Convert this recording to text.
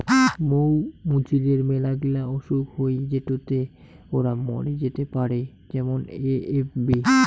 মৌ মুচিদের মেলাগিলা অসুখ হই যেটোতে ওরা মরে যেতে পারে যেমন এ.এফ.বি